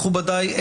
מכובדיי,